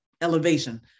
elevation